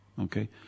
Okay